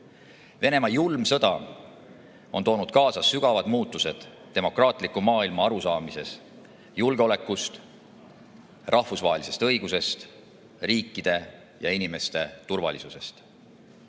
Venemaa julm sõda on toonud kaasa sügavad muutused demokraatliku maailma arusaamises julgeolekust, rahvusvahelisest õigusest, riikide ja inimeste turvalisusest.